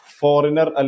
foreigner